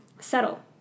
Settle